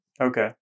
Okay